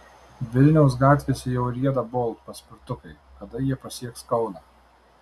vilniaus gatvėse jau rieda bolt paspirtukai kada jie pasieks kauną